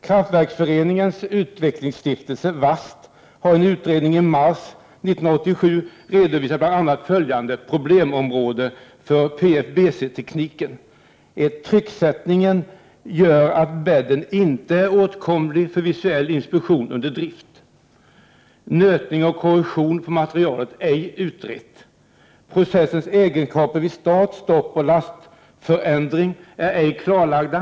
Kraftverksföreningens utvecklingsstiftelse, VAST, har i en utredning i mars 1987 redovisat bl.a. följande problemområden för PFBC-tekniken: O Trycksättningen gör att bädden inte är åtkomlig för visuell inspektion under drift. O Nötning och korrosion på material är ej utrett. O Processens egenskaper vid start, stopp och lastförändringar är ej klarlagda.